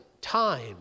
time